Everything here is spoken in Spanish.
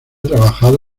trabajado